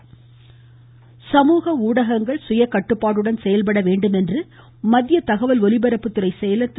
மமமமம அமீத் காரே சமூக ஊடகங்கள் சுய கட்டுப்பாட்டுடன் செயல்பட வேண்டுமென்று மத்திய தகவல் ஒலிபரப்புத்துறை செயலர் திரு